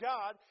God